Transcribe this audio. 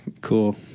Cool